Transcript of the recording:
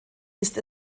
ist